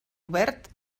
obert